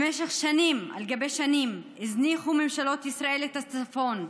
במשך שנים על גבי שנים הזניחו ממשלות ישראל את הצפון,